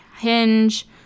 Hinge